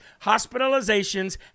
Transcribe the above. hospitalizations